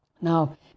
Now